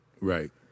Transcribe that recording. Right